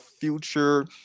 future